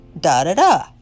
Da-da-da